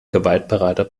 gewaltbereiter